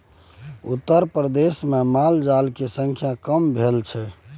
उत्तरप्रदेशमे मालजाल केर संख्या कम भेल छै